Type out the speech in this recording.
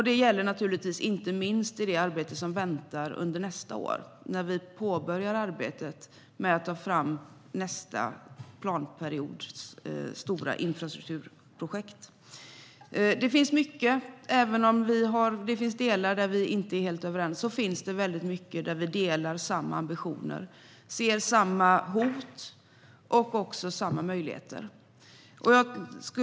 Det gäller inte minst det arbete som väntar under nästa år, när vi påbörjar arbetet med att ta fram nästa planperiods stora infrastrukturprojekt. Även om det finns delar där vi inte är helt överens finns det många områden där vi delar samma ambitioner, ser samma hot och även samma möjligheter.